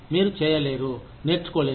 మీరు చేయలేరు నేర్చుకోలేరు